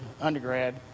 undergrad